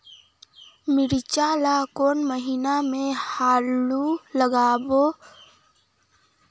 मिरचा ला कोन महीना मा लगाबो ता ओहार बेडिया होही?